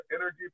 energy